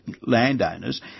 landowners